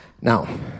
Now